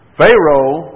Pharaoh